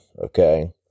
Okay